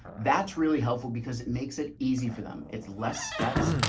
that's really helpful because it makes it easy for them. it's less steps,